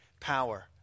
power